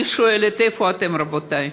אני שואלת: איפה אתם, רבותיי?